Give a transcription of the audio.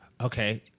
Okay